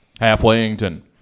Halfwayington